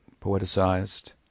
poeticized